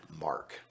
mark